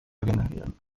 generieren